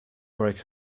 break